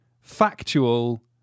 factual